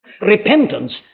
Repentance